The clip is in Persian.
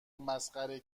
مسخره